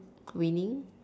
winning